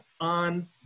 on